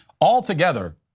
Altogether